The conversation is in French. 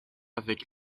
avec